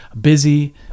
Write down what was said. busy